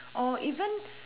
or even